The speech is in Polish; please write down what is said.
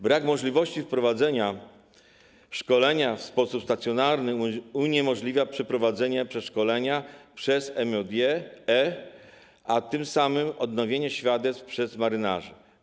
Brak możliwości prowadzenia szkolenia w sposób stacjonarny uniemożliwia przeprowadzenie przeszkolenia przez MJE, a tym samym odnowienie świadectw przez marynarzy.